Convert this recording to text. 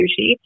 sushi